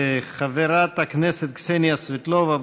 חברת הכנסת קסניה סבטלובה,